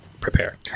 prepare